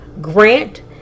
Grant